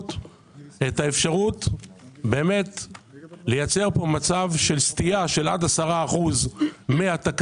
בזהירות את האפשרות לייצר פה מצב של סטייה של עד 10% מהתקנות,